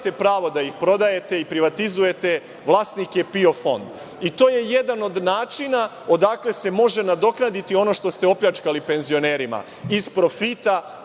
pravo da ih prodajete i privatizujete, vlasnik je PIO fond i to je jedan od načina odakle se može nadoknadi ono što ste opljačkali penzionerima – iz profita